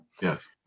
Yes